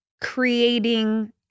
creating